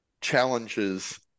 challenges